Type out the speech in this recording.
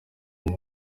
nti